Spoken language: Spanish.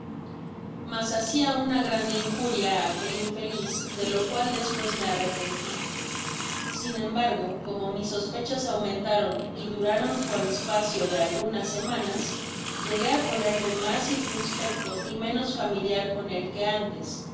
mas hacia una grande injuria á aquel infeliz de lo cual despues me arrepenti sin embargo como mis sospechas aumentaron y duraron por espacio de algunas semanas llegué á ponerme mas circunspecto y menos familiar con él que antes ó